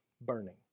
burning